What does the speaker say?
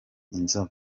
inzobe